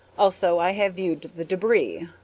also, i have viewed the debris.